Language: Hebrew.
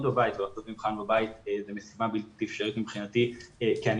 ולעשות מבחן בבית זה משימה בלתי אפשרי מבחינתי כי אני